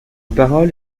parole